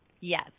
yes